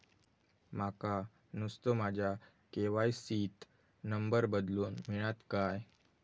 माका नुस्तो माझ्या के.वाय.सी त नंबर बदलून मिलात काय?